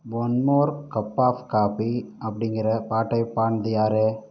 one more cup of coffee அப்படிங்கிற பாட்டை பாடியது யார்